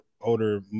older